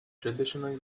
traditionally